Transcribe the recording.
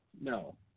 no